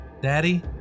Daddy